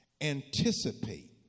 anticipate